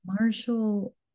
Marshall